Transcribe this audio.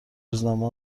روزنامه